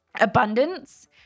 abundance